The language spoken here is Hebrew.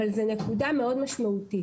אבל זו נקודה מאוד משמעותית.